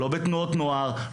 לא בתנועות נוער,